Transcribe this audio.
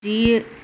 जीउ